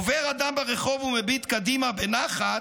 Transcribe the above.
עובר אדם ברחוב ומביט קדימה בנחת,